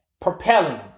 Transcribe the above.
propelling